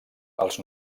els